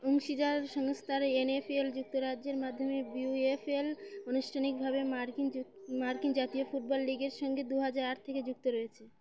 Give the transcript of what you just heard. অংশীদার সংস্থার এনএফএল যুক্তরাজ্যের মাধ্যমে বিইউএফএল আনুষ্ঠানিকভাবে মার্কিন মার্কিন জাতীয় ফুটবল লীগের সঙ্গে দু হাজার আট থেকে যুক্ত রয়েছে